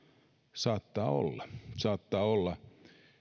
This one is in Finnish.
saattaa olla saattaa olla